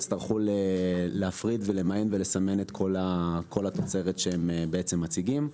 יצטרכו להפריד ולמיין ולסמן את כל התוצרת שהם בעצם מציגים.